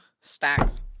stacks